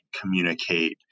communicate